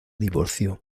divorció